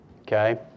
okay